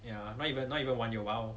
ya not even not even one year !wow!